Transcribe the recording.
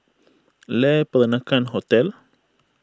Le Peranakan Hotel